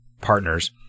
partners